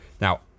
Now